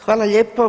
Hvala lijepo.